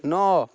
ନଅ